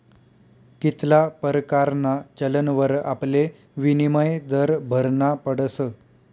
कित्ला परकारना चलनवर आपले विनिमय दर भरना पडस